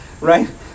right